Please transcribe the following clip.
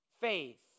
faith